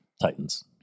Titans